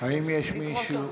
האם יש מישהו?